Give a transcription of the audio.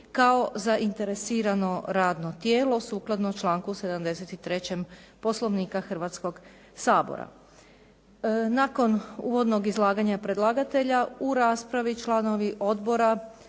kao zainteresirano radno tijelo sukladno članku 73. Poslovnika Hrvatskog sabora. Nakon uvodnog izlaganja predlagatelja u raspravi članovi odbora